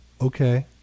Okay